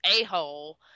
a-hole